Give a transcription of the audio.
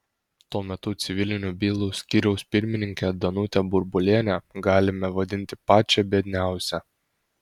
tuo metu civilinių bylų skyriaus pirmininkę danutę burbulienę galime vadinti pačia biedniausia